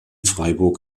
freiburg